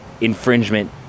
infringement